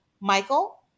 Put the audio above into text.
Michael